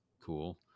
cool